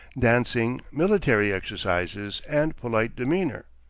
dancing, military exercises, and polite demeanor.